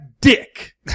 dick